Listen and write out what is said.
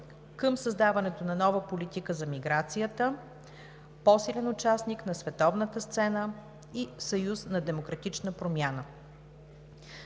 към създаването на нова политика за миграцията; - по-силен участник на световната сцена; - съюз на демократична промяна.